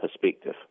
perspective